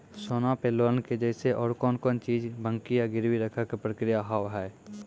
सोना पे लोन के जैसे और कौन कौन चीज बंकी या गिरवी रखे के प्रक्रिया हाव हाय?